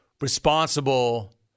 responsible